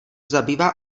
zabývá